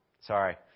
sorry